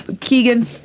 Keegan